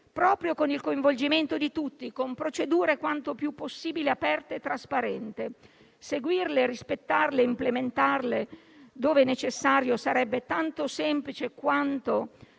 proprio con il coinvolgimento di tutti, con procedure quanto più possibile aperte e trasparenti; seguirle, rispettarle e implementarle dove necessario sarebbe tanto semplice quanto